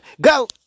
go